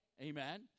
Amen